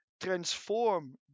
transform